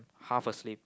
half asleep